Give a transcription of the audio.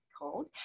called